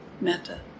metta